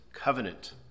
covenant